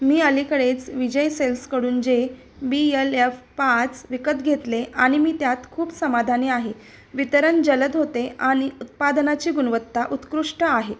मी अलीकडेच विजय सेल्सकडून J B L F पाच विकत घेतले आणि मी त्यात खूप समाधाने आहे वितरण जलद होते आणि उत्पादनाची गुणवत्ता उत्कृष्ट आहे